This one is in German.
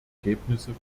ergebnisse